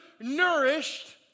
nourished